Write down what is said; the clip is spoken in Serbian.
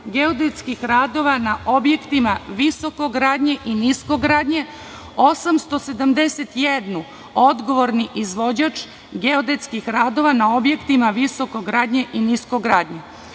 geodetskih radova na objektima visokogradnje i niskogradnje, 871 – odgovorni izvođač geodetskih radova na objektima visokogradnje i niskogradnje. Naime,